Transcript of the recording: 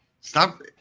Stop